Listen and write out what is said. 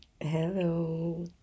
Hello